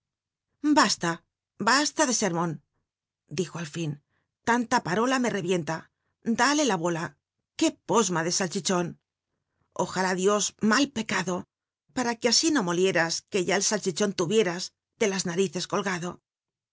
nasta basta de sermon dijo al fin tanta parola le rcrienta dále bola qué posma de salchichon ojalá dios mal pecado para que así no molieras oue va el salch ichon tuvieras de la narices colgado